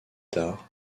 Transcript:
tard